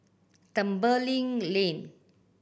Tembeling Lane